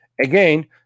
again